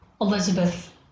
Elizabeth